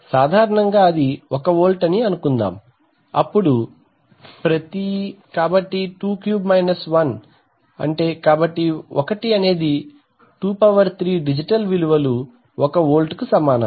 సాధారనంగా అది 1 వోల్ట్ అని అనుకుందాం అప్పుడు ప్రతి కాబట్టి 231 కాబట్టి 1అనేది 23 డిజిటల్ విలువలు 1 వోల్ట్కు సమానం